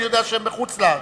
אני יודע שהם בחוץ-לארץ,